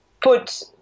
put